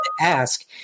ask